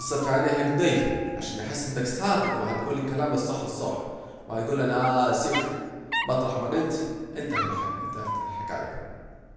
بص في عينه اكده عشان يحس انك صادج وهتجول الكلام الصح الصح وتجول انا ااسف مطرح ما جولت انتهت الحكاية